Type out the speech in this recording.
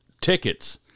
tickets